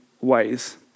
ways